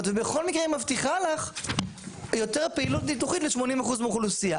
ובכל מקרה היא מבטיחה לך יותר פעילות ניתוחית ל-80% מהאוכלוסייה.